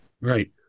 Right